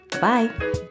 Bye